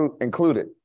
included